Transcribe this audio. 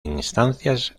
instancias